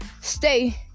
stay